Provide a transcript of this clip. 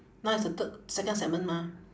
now is the third second segment mah